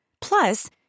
Plus